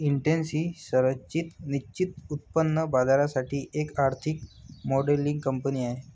Intex ही संरचित निश्चित उत्पन्न बाजारासाठी एक आर्थिक मॉडेलिंग कंपनी आहे